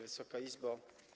Wysoka Izbo!